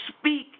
speak